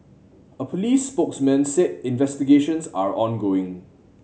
a police spokesman said investigations are ongoing